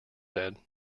said